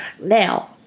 Now